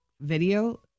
video